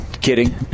Kidding